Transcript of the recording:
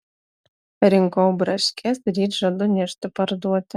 rinkau braškes ryt žadu nešti parduoti